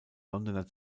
londoner